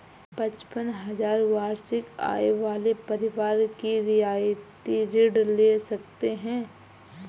पचपन हजार वार्षिक आय वाले परिवार ही रियायती ऋण ले सकते हैं